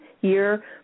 year